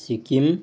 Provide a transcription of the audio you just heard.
Sikkim